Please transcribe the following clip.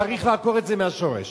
צריך לעקור את זה מהשורש.